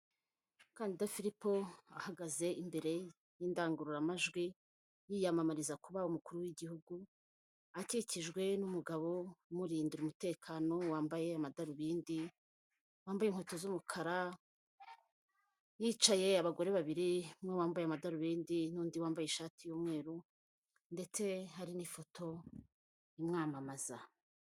Umukandida Filipo ahagaze imbere y'indangururamajwi yiyamamariza kuba umukuru w'igihugu, akikijwe n'umugabo umundira umutekano wambaye amadarubindi, wambaye inkweto z'umukara hicaye abagore babiri, umwe bambaye amadarubindi n'undi wambaye ishati y'umweru ndetse hari n'ifoto imwamamaza.